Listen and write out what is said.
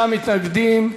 39 מתנגדים,